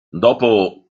dopo